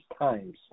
times